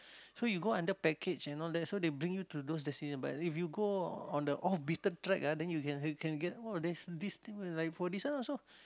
so you go under package and all that so they bring you to those but if you go on the off-beaten track ah then you can get you can get oh there's this thing where like for this one also